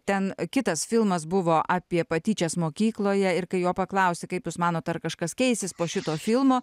ten kitas filmas buvo apie patyčias mokykloje ir kai jo paklausė kaip jūs manot ar kažkas keisis po šito filmo